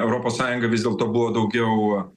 europos sąjunga vis dėlto buvo daugiau